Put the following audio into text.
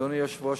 אדוני היושב-ראש,